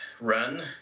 run